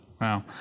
wow